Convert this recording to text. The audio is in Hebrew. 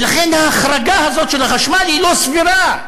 ולכן ההחרגה הזאת של החשמל היא לא סבירה,